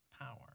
power